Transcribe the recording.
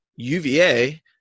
UVA